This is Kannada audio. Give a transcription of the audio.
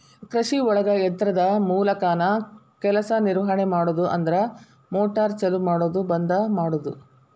ಕೃಷಿಒಳಗ ಯಂತ್ರದ ಮೂಲಕಾನ ಕೆಲಸಾ ನಿರ್ವಹಣೆ ಮಾಡುದು ಅಂದ್ರ ಮೋಟಾರ್ ಚಲು ಮಾಡುದು ಬಂದ ಮಾಡುದು